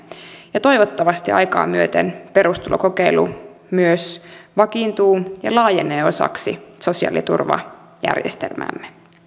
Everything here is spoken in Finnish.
toivottavasti aikaa myöten perustulokokeilu myös vakiintuu ja laajenee osaksi sosiaaliturvajärjestelmäämme